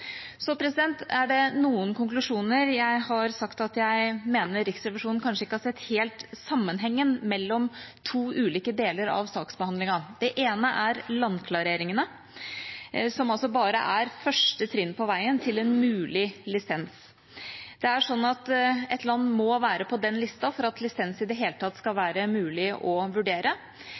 er noen konklusjoner der jeg har sagt at jeg mener Riksrevisjonen kanskje ikke helt har sett sammenhengen mellom to ulike deler av saksbehandlingen. Det ene er landklareringene, som altså bare er første trinn på veien til en mulig lisens. Det er sånn at et land må være på den lista for at lisens i det hele tatt skal være mulig å vurdere.